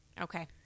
Okay